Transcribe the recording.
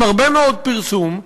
עם הרבה מאוד פרסום,